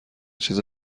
چیز